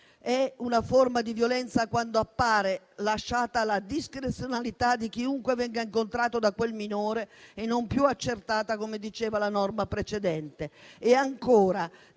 è una forma di violenza, quando appare lasciata alla discrezionalità di chiunque venga incontrato da quel minore e non più accertata, come stabiliva la norma precedente. Ancora,